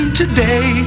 today